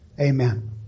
Amen